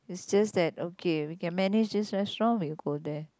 is just that okay if we can manage this restaurant we go there